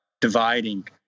dividing